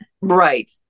Right